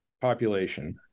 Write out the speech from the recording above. population